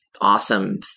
awesome